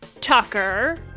Tucker